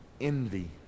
envy